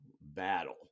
battle